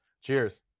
cheers